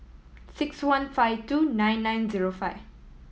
six one five two nine nine zero five